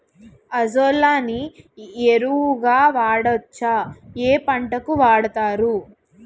Azolla ని ఎరువు గా వాడొచ్చా? ఏ పంటలకు వాడతారు?